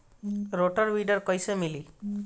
Rotor weeder कईसे मिले?